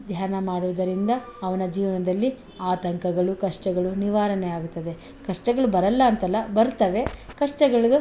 ಧ್ಯಾನ ಮಾಡುವುದರಿಂದ ಅವನ ಜೀವನದಲ್ಲಿ ಆತಂಕಗಳು ಕಷ್ಟಗಳು ನಿವಾರಣೆಯಾಗುತ್ತದೆ ಕಷ್ಟಗಳು ಬರಲ್ಲ ಅಂತಲ್ಲ ಬರುತ್ತವೆ ಕಷ್ಟಗಳು